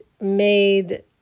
made